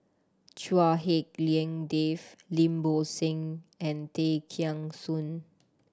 Chua Hak Lien Dave Lim Bo Seng and Tay Kheng Soon